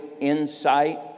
insight